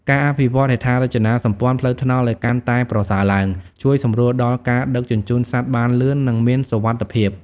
ការអភិវឌ្ឍហេដ្ឋារចនាសម្ព័ន្ធផ្លូវថ្នល់ឱ្យកាន់តែប្រសើរឡើង ជួយសម្រួលដល់ការដឹកជញ្ជូនសត្វបានលឿន និងមានសុវត្ថិភាព។